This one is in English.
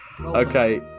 Okay